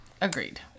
Agreed